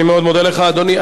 אני מאוד מודה לך, אדוני.